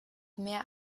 mehr